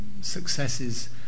successes